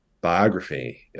biography